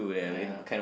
ya